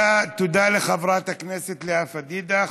תודה לחברת הכנסת לאה פדידה.